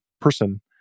person